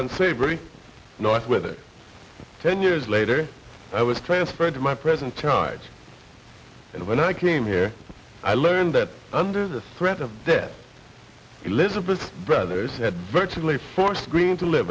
unsavory north with it ten years later i was transferred to my present charge and when i came here i learned that under the threat of death elizabeth brothers had virtually forced greene to live